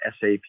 SAP